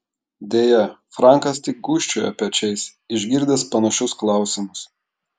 deja frankas tik gūžčioja pečiais išgirdęs panašius klausimus